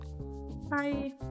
Bye